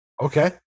Okay